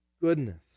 goodness